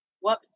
whoops